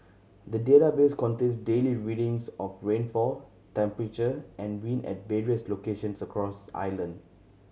the database contains daily readings of rainfall temperature and wind at various locations across island